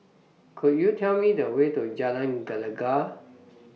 Could YOU Tell Me The Way to Jalan Gelegar